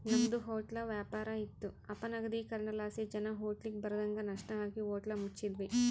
ನಮ್ದು ಹೊಟ್ಲ ವ್ಯಾಪಾರ ಇತ್ತು ಅಪನಗದೀಕರಣಲಾಸಿ ಜನ ಹೋಟ್ಲಿಗ್ ಬರದಂಗ ನಷ್ಟ ಆಗಿ ಹೋಟ್ಲ ಮುಚ್ಚಿದ್ವಿ